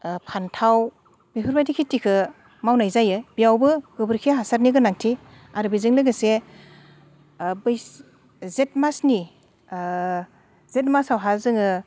फान्थाव बेफोरबायदि खिथिखो मावनाय जायो बेयावबो गोबोरखि हासारनि गोनांथि आरो बेजों लोगोसे बै जेत मासनि जेत मासावहा जोङो